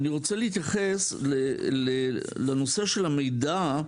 אני רוצה להתייחס לנושא של המידע,